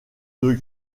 deux